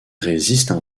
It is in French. résistent